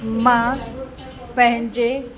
मां पंहिंजे